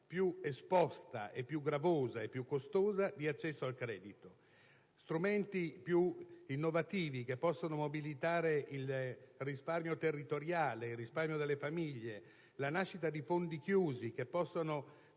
più esposta, più gravosa e costosa di accesso al credito. Strumenti più innovativi che possono mobilitare il risparmio territoriale, delle famiglie, la nascita di fondi chiusi, che possono